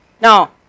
Now